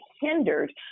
hindered